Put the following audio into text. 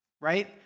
right